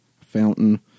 fountain